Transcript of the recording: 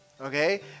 okay